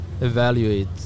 evaluate